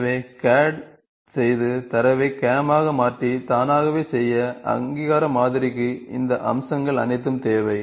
எனவே CAD செய்து தரவை CAM ஆக மாற்றி தானாகவே செய்ய அங்கீகார மாதிரிக்கு இந்த அம்சங்கள் அனைத்தும் தேவை